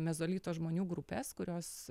mezolito žmonių grupės kurios